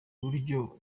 uburyo